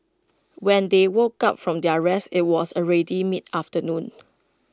when they woke up from their rest IT was already mid afternoon